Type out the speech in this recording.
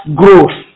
growth